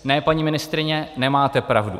Ne, paní ministryně, nemáte pravdu.